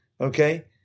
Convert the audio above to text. Okay